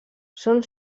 són